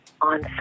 on